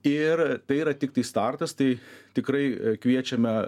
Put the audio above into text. ir tai yra tiktai startas tai tikrai kviečiame